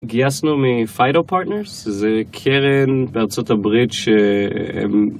גייסנו מפיידל פארטנרס זה קרן בארה״ב שהם.